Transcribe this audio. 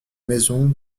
maison